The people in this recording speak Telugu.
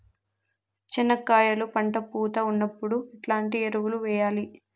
చెనక్కాయలు పంట పూత ఉన్నప్పుడు ఎట్లాంటి ఎరువులు వేయలి?